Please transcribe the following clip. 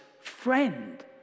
friend